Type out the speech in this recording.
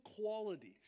qualities